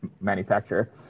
manufacturer